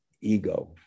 ego